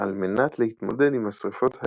על מנת להתמודד עם השריפות העירוניות.